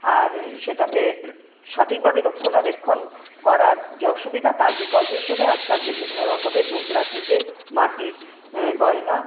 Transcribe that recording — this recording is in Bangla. আর সেটাকে সঠিকভাবে রক্ষণাবেক্ষণ করার যে অসুবিধা তার বিকল্প হিসাবে আজকাল বিভিন্নরকমের ডোকরা থেকে মাটির গয়না